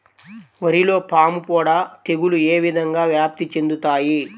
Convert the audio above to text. వరిలో పాముపొడ తెగులు ఏ విధంగా వ్యాప్తి చెందుతాయి?